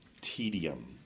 tedium